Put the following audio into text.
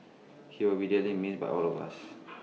he will be dearly missed by all of us